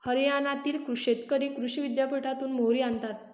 हरियाणातील शेतकरी कृषी विद्यापीठातून मोहरी आणतात